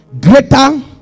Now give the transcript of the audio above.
Greater